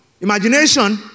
imagination